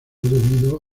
debido